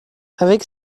avec